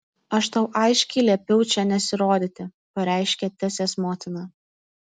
aš tau aiškiai liepiau čia nesirodyti pareiškė tesės motina